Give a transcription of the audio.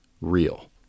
real